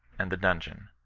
and the dimgeon.